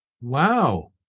Wow